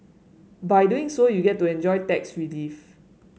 by doing so you get to enjoy tax relief